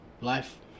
life